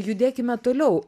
judėkime toliau